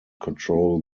control